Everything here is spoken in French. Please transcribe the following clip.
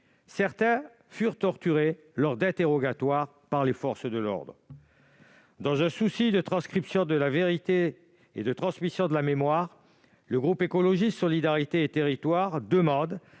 Certains furent torturés lors de leur interrogatoire par les forces de l'ordre. Dans un souci de retranscription de la vérité et de transmission de la mémoire, le groupe Écologiste - Solidarité et Territoires demande